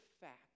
fact